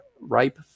ripe